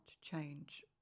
change